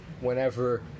Whenever